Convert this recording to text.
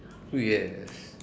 yes